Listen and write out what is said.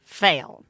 fail